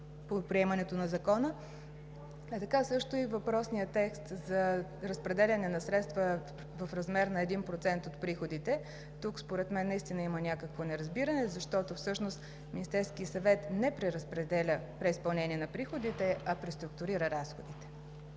по приемането на Закона, а така също и въпросният текст за разпределяне на средства в размер на 1% от приходите. Тук наистина има някакво неразбиране, защото всъщност Министерският съвет не преразпределя преизпълнението на приходите, а преструктурира разходите.